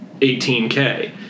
18K